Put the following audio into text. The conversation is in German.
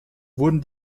wurden